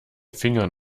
fingern